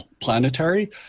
planetary